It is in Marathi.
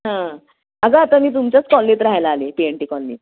हां अगं आता मी तुमच्याच कॉलनीत राह्यला आले आहे पी एन टी कॉलनीत